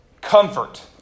comfort